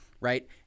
right